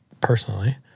personally